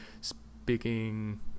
speaking